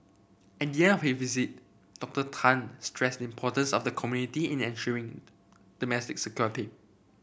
at the end of his visit Doctor Tan stressed the importance of the community in ensuring domestic security